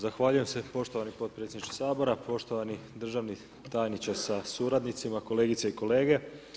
Zahvaljujem se poštovani potpredsjedniče Sabora, poštovani državni tajniče sa suradnicima, kolegice i kolege.